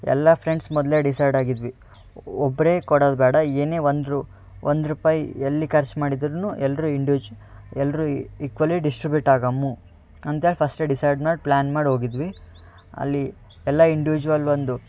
ಎಲ್ಲ ಫ್ರೆಂಡ್ಸ್ ಮೊದಲೇ ಡಿಸೈಡ್ ಆಗಿದ್ವಿ ಒಬ್ಬರೇ ಕೊಡೋದು ಬೇಡ ಏನೇ ಒಂದು ರು ಒಂದು ರೂಪಾಯಿ ಎಲ್ಲಿ ಖರ್ಚು ಮಾಡಿದ್ರೂ ಎಲ್ಲರೂ ಇಂಡ್ಯೂಜ್ ಎಲ್ಲರೂ ಇಕ್ವಲಿ ಡಿಸ್ಟ್ರಿಬ್ಯುಟ್ ಆಗಮ್ಮು ಅಂತ ಹೇಳ್ ಫಸ್ಟೇ ಡಿಸೈಡ್ ಮಾಡಿ ಪ್ಲ್ಯಾನ್ ಮಾಡಿ ಹೋಗಿದ್ವಿ ಅಲ್ಲಿ ಎಲ್ಲ ಇಂಡ್ಯೂಜ್ವಲ್ ಒಂದು